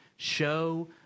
Show